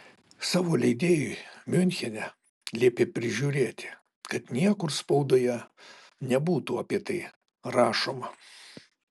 savo leidėjui miunchene liepė prižiūrėti kad niekur spaudoje nebūtų apie tai rašoma